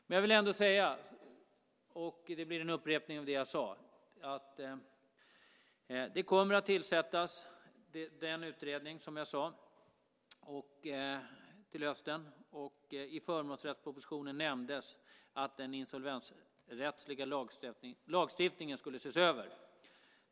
Men jag vill ändå säga, och det blir en upprepning av det jag sade förut, att det kommer att tillsättas en utredning till hösten. I förmånsrättspropositionen nämndes att den insolvensrättsliga lagstiftningen skulle ses över.